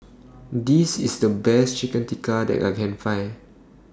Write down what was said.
This IS The Best Chicken Tikka that I Can Find